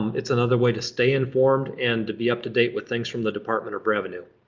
it's another way to stay informed and to be up to date with things from the department of revenue.